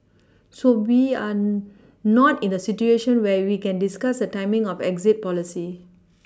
so we're not in a situation where we can discuss the timing of exit policy